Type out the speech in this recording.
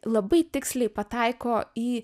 labai tiksliai pataiko į